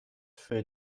für